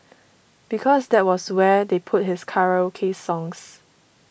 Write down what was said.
because that was where they put his karaoke songs